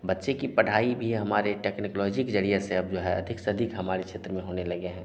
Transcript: बच्चे की पढ़ाई भी हमारे टेक्निकलॉजी के ज़रिए से अब जो है अधिक से अधिक हमारे क्षेत्र में होने लगे हैं